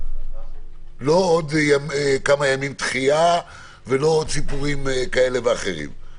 לא עוד כמה ימים דחייה ולא עוד סיפורים כאלה ואחרים.